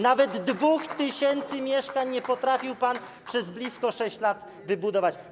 Nawet 2 tys. mieszkań nie potrafił pan przez blisko 6 lat wybudować.